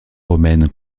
romaine